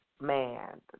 Man